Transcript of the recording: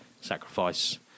Sacrifice